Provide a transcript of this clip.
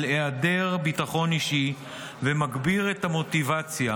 "על היעדר ביטחון אישי ומגביר את המוטיבציה